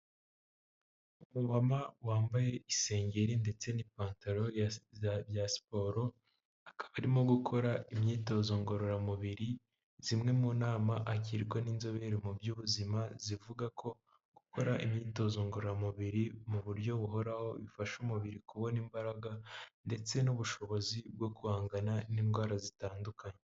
Umumama wambaye isengeri ndetse n'ipantaro bya siporo akaba arimo gukora imyitozo ngororamubiri zimwe mu nama agirwa n'inzobere mu by'ubuzima zivuga ko gukora imyitozo ngororamubiri mu buryo buhoraho bifasha umubiri kubona imbaraga ndetse n'ubushobozi bwo guhangana n'indwara zitandukanye.